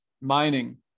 mining